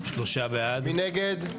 מי נגד?